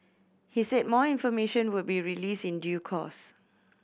he said more information would be released in due course